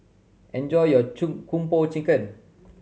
enjoy your chun Kung Po Chicken